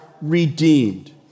redeemed